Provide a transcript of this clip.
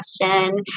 question